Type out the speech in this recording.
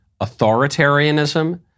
authoritarianism